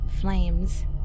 flames